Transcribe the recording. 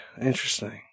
Interesting